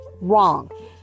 wrong